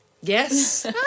Yes